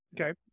Okay